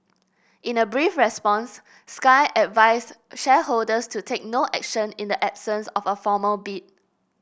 in a brief response Sky advised shareholders to take no action in the absence of a formal bid